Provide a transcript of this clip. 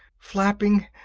flapping.